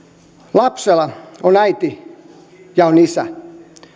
lapsella on äiti ja on isä